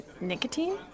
Nicotine